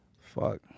Fuck